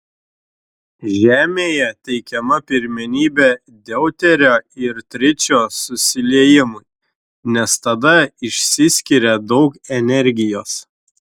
žemėje teikiama pirmenybė deuterio ir tričio susiliejimui nes tada išsiskiria daug energijos